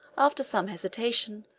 after some hesitation,